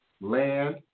land